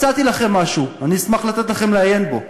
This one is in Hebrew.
מצאתי לכם משהו, ואני אשמח לתת לכם לעיין בו.